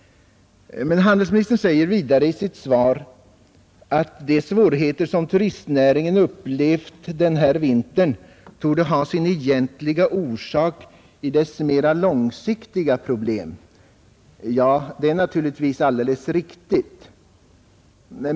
Handelsministern säger vidare i sitt svar att de svårigheter som turistnäringen upplevt den här vintern torde ha sin egentliga orsak i dess mera långsiktiga problem. Ja, det är naturligtvis alldeles riktigt.